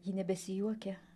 ji nebesijuokia